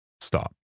stop